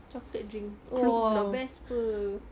chocolate drink !whoa! best apa